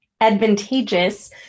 advantageous